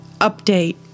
update